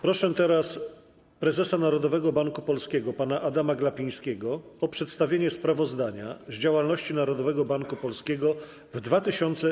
Proszę teraz prezesa Narodowego Banku Polskiego pana Adama Glapińskiego o przedstawienie sprawozdania z działalności Narodowego Banku Polskiego w 2019